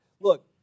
Look